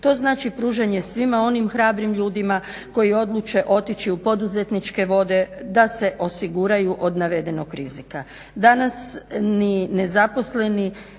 to znači pružanje svima onim hrabrim ljudima koji odluče otići u poduzetničke vode da se osiguraju od navedenog rizika. Danas ni nezaposleni